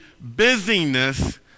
busyness